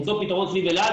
למצוא פתרון סביב אלעד.